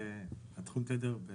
תחום התדר הוא